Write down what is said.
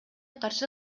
каршы